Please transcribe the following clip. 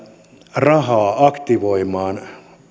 rahaa aktivoimaan